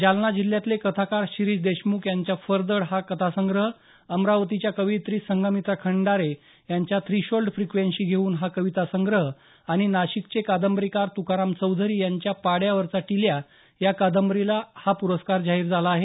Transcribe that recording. जालना जिल्ह्यातले कथाकार शिरीष देशमुख यांचा फरदड हा कथासंग्रह अमरावतीच्या कवयित्री संघमित्रा खंडारे यांच्या थ्रीशोल्ड फ्रिक्केन्सी घेऊन हा कविता संग्रह आणि नाशिकचे कादंबरीकार तुकाराम चौधरी यांच्या पाड्यावरचा टिल्या या कादंबरीला हा प्रस्कार जाहीर झाला आहे